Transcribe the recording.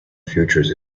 futures